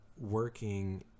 working